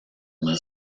less